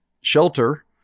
shelter